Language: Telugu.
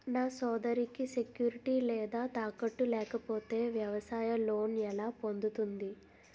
నా సోదరికి సెక్యూరిటీ లేదా తాకట్టు లేకపోతే వ్యవసాయ లోన్ ఎలా పొందుతుంది?